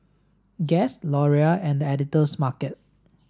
Guess Laurier and The Editor's Market